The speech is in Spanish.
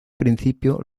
principio